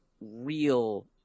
real